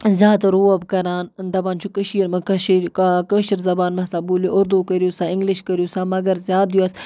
زیادٕ روب کَران دَپان چھُ کٔشیٖر منٛز کٔشیٖر کٲشِر زَبان مَسا بوٗلِو اُردو کٔرِو سا اِنگلِش کٔرِو سا مَگر زیادٕ یۄس